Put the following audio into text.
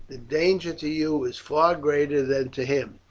the danger to you is far greater than to him.